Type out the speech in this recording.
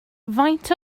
faint